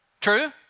True